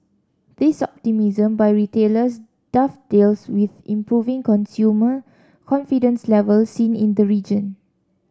this optimism by retailers dovetails with improving consumer confidence levels seen in the region